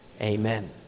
Amen